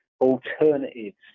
alternatives